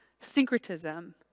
Syncretism